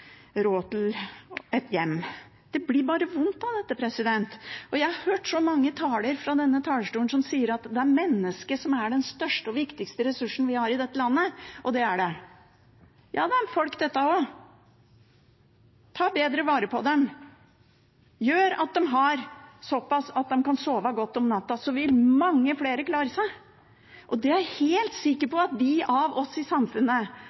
hørt så mange talere fra denne talerstolen si at det er mennesket som er den største og viktigste ressursen vi har i dette landet, og det er det. Ja, det er folk, dette også. Ta bedre vare på dem. Gjør at de har såpass at de kan sove godt om natta, så vil mange flere klare seg. Jeg er helt sikker på at samfunnet,